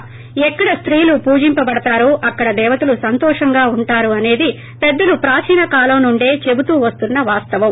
ఎక్కడ స్తీలు పూజింపబడతారో అక్కడ దేవతలు సంతోషంగా ఉంటారు అనేది పెద్దలు ప్రాచీన కాలం నుండే చెబుతూ వస్తున్న వాస్తవం